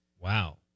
Wow